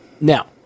Now